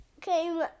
came